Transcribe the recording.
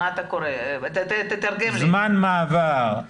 זמן מעבר,